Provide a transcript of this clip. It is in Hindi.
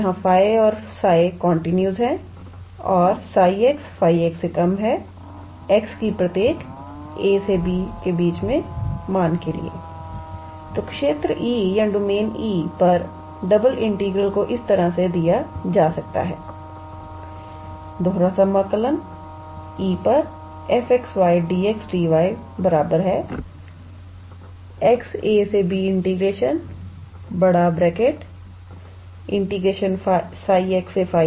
जहाँ 𝜑 और 𝜓 कंटिन्यूज हैं और 𝜓𝑥 ≤ 𝜑𝑥 ∀𝑥 ∈ 𝑎 𝑏 हैं तो क्षेत्र E या डोमेन E पर डबल इंटीग्रल को इस तरह से दिया जा सकता हैE 𝑓𝑥 𝑦𝑑𝑥𝑑𝑦 𝑥𝑎b 𝜓𝑥 𝜑𝑥 𝑓𝑥 𝑦𝑑𝑦𝑑𝑥